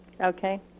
Okay